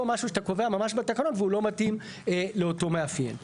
פה משהו שאתה קובע ממש בתקנון והוא לא מתאים לאותו מאפיין.